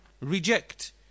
reject